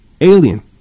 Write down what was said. Alien